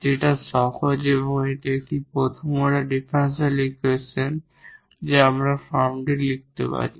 যেটা সহজ এটি একটি প্রথম অর্ডার ডিফারেনশিয়াল ইকুয়েশন যা আমরা এই ফর্মটি লিখতে পারি